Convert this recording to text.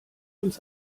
uns